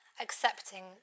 accepting